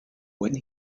when